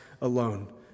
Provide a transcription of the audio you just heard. alone